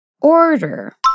order